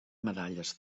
medalles